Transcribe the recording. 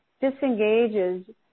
disengages